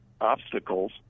obstacles